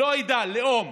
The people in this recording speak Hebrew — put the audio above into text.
לא עדה, לאום: